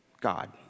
God